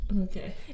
okay